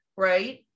right